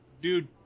dude